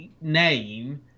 name